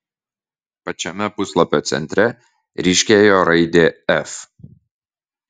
pačiame puslapio centre ryškėjo raidė f